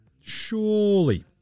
Surely